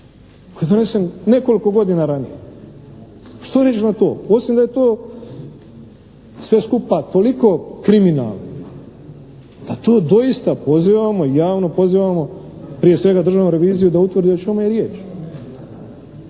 je donesen nekoliko godina ranije. Što reći na to? Osim da je to sve skupa toliko kriminalno da to doista pozivamo, javno pozivamo prije svega Državnu reviziju da utvrdi o čemu je riječ.